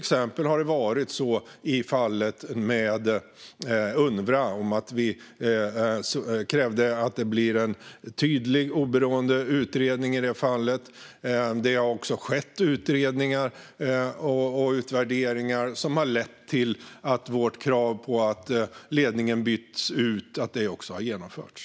Det gäller till exempel fallet Unrwa, där vi krävde att det blir en tydlig och oberoende utredning i detta fall. Det har också skett utredningar och utvärderingar som har lett till att vårt krav på att ledningen byts också har genomförts.